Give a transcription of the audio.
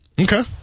Okay